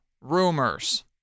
rumors